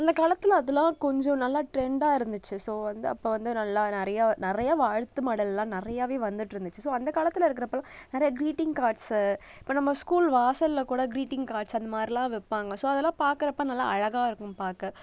அந்த காலத்தில் அதெல்லாம் கொஞ்சோம் நல்லா டிரெண்டாக இருந்துச்சு ஸோ வந்து அப்போ வந்து நல்ல நிறையா நிறையா வாழ்த்து மடலெலாம் நிறையாவே வந்துட்டு இருந்துச்சு ஸோ அந்த காலத்தில் இருக்கிறப்பெல்லாம் நிறைய கிரீட்டிங் கார்ட்ஸு இப்போ நம்ம ஸ்கூல் வாசலில் கூட கிரீட்டிங் கார்ட்ஸ் அந்தமாதிரில்லாம் வைப்பாங்க ஸோ அதெல்லாம் பார்க்குறப்போலாம் நல்ல அழகாக இருக்கும் பார்க்க